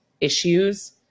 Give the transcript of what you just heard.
issues